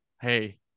hey